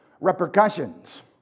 repercussions